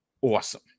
awesome